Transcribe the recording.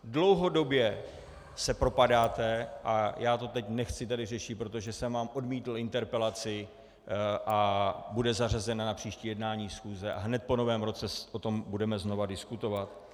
Dlouhodobě se propadáte a já to teď nechci tady řešit, protože jsem vám odmítl interpelaci a bude zařazena na příští jednání schůze a hned po Novém roce o tom budeme znovu diskutovat.